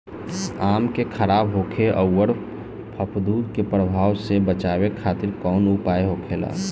आम के खराब होखे अउर फफूद के प्रभाव से बचावे खातिर कउन उपाय होखेला?